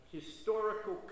historical